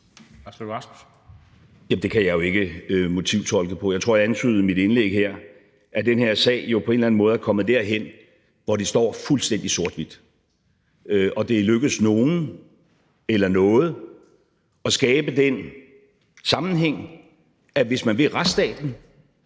Det kan jeg jo ikke motivtolke på. Jeg tror, jeg antydede i mit indlæg her, at den her sag jo på en eller anden måde er kommet derhen, hvor det står fuldstændig sort/hvidt. Og det er lykkedes nogle eller noget at skabe den sammenhæng, at hvis man vil retsstaten,